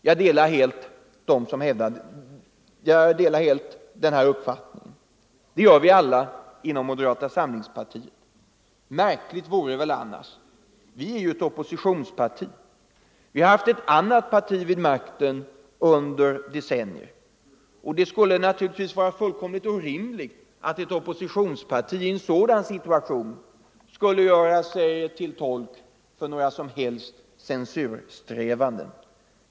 Jag delar helt denna uppfattning. Det gör vi alla inom moderata samlingspartiet. Märkligt vore det väl annars. Vi är ju ett oppositionsparti. Vi har haft ett annat parti vid makten under decennier, och det skulle vara fullkomligt orimligt att ett oppositionsparti i en sådan situation skulle göra sig till tolk för några som helst censursträvanden.